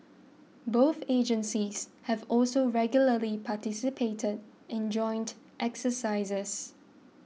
both agencies have also regularly participated in joint exercises